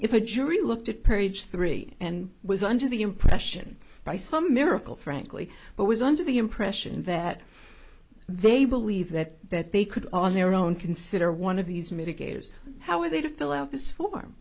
if a jury looked at page three and was under the impression by some miracle frankly but was under the impression that they believe that that they could on their own consider one of these mitigators how are they to fill out this form